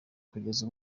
kugeza